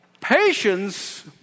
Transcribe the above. Patience